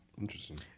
Interesting